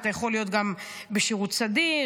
אתה יכול להיות גם בשירות סדיר,